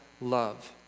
love